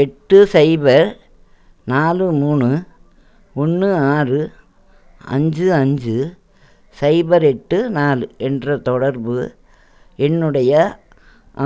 எட்டு சைபர் நாலு மூணு ஒன்று ஆறு அஞ்சு அஞ்சு சைபர் எட்டு நாலு என்ற தொடர்பு என்னுடைய